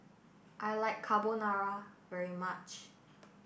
I like Carbonara very much